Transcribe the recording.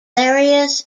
various